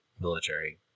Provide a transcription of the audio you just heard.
military